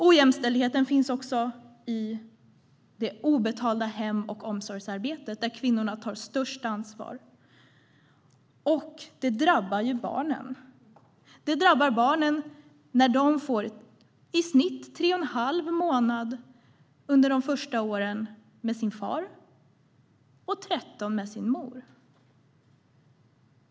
Ojämställdheten finns också i det obetalda hem och omsorgsarbetet, där kvinnorna tar störst ansvar, och det drabbar barnen. Det drabbar barnen när de under de första åren får i snitt tre och en halv månad med sin far och tretton månader med sin mor.